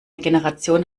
generation